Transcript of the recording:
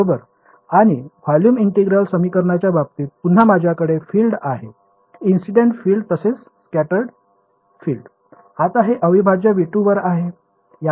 बरोबर आणि volume integral समीकरणाच्या बाबतीत पुन्हा माझ्याकडे फील्ड आहे इन्सिडेंट फील्ड तसेच स्कॅटर्ड फील्ड आता हे अविभाज्य V2 वर आहे